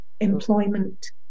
Employment